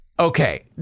Okay